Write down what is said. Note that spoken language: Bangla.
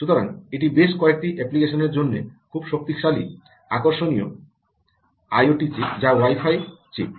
সুতরাং এটি বেশ কয়েকটি অ্যাপ্লিকেশনের জন্য খুব শক্তিশালী আকর্ষণীয় আইওটি চিপ বা ওয়াই ফাই চিপ